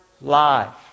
life